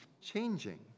changing